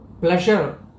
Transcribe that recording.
pleasure